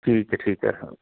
ਠੀਕ ਹੈ ਠੀਕ ਹੈ